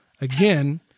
again